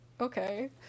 Okay